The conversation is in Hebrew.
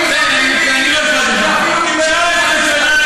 חבר הכנסת דב